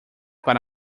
para